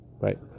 Right